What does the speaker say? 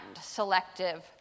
selective